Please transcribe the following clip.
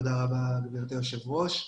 תודה רבה גברתי היושבת ראש.